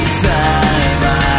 time